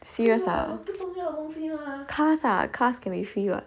serious ah cars ah cars can be free [what]